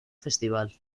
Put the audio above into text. festival